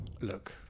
Look